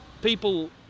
people